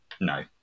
No